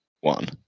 one